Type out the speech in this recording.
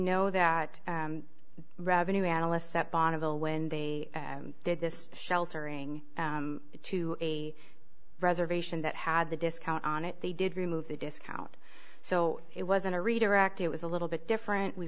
know that revenue analysts that bonneville when they did this sheltering to a reservation that had the discount on it they did remove the discount so it wasn't a redirect it was a little bit different we